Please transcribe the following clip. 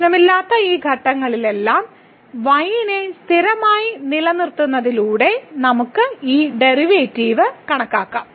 പ്രശ്നമില്ലാത്ത ഈ ഘട്ടങ്ങളിലെല്ലാം y നെ സ്ഥിരമായി നിലനിർത്തുന്നതിലൂടെ നമുക്ക് ഈ ഡെറിവേറ്റീവ് കണക്കാക്കാം